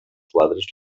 quadres